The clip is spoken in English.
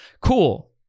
Cool